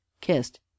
kissed